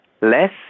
less